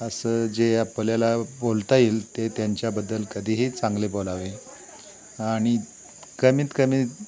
असं जे आपल्याला बोलता येईल ते त्यांच्याबद्दल कधीही चांगले बोलावे आणि कमीत कमी